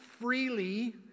freely